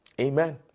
Amen